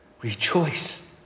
Rejoice